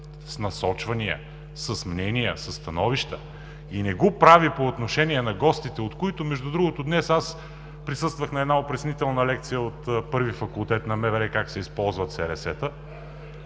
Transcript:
с насочвания, с мнения, със становища и не го прави по отношение на гостите, от които между другото днес чух една опреснителна лекция от Първи факултет на МВР как се използват СРС-та.